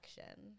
action